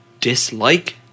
dislike